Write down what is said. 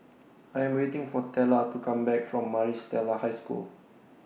I Am waiting For Tella to Come Back from Maris Stella High School